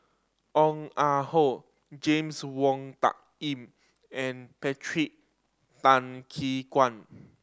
Ong Ah Hoi James Wong Tuck Yim and Patrick Tay Guan